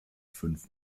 fünf